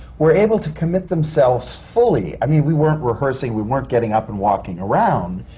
were able to commit themselves fully. i mean, we weren't rehearsing, we weren't getting up and walking around.